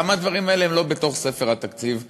למה הדברים האלה הם לא בספר התקציב מראש?